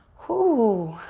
woo,